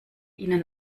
ihnen